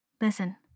Listen